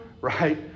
right